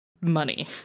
money